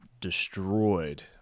destroyed